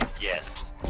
Yes